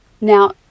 Now